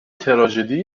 تراژدی